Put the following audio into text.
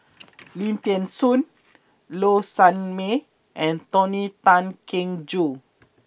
Lim Thean Soo Low Sanmay and Tony Tan Keng Joo